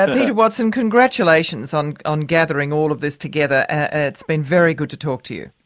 ah peter watson, congratulations on on gathering all of this together. ah it's been very good to talk to you.